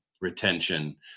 retention